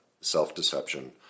self-deception